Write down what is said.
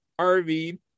RV